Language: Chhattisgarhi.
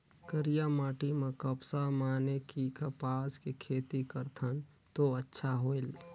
करिया माटी म कपसा माने कि कपास के खेती करथन तो अच्छा होयल?